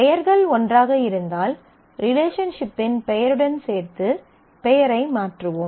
பெயர்கள் ஒன்றாக இருந்தால் ரிலேஷன்ஷிப்பின் பெயருடன் சேர்த்து பெயரை மாற்றுவோம்